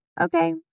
Okay